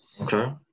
Okay